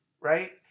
right